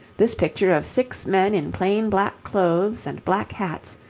this picture of six men in plain black clothes and black hats,